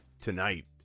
tonight